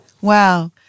Wow